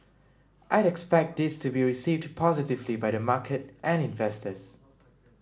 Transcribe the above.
I'd expect this to be received positively by the market and investors